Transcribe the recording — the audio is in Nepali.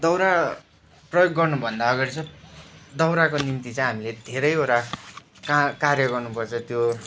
दाउरा प्रयोग गर्नुभन्दा अगाडि चाहिँ दाउराको निम्ति चाहिँ हामीले धेरैवटा का कार्य गर्नुपर्छ त्यो